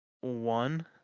one